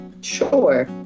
Sure